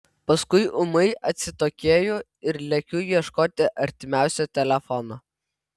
paskui ūmai atsitokėju ir lekiu ieškoti artimiausio telefono